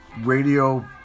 radio